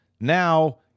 Now